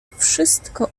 wszystko